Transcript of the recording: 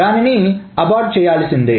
దానిని అబార్ట్ చేయాల్సిందే